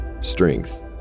strength